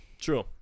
true